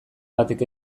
batek